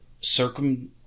circum